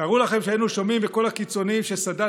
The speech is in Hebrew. תארו לכם שהיינו שומעים בקול הקיצונים כשסאדאת